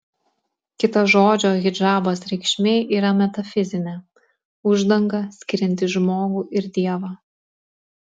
kita žodžio hidžabas reikšmė yra metafizinė uždanga skirianti žmogų ir dievą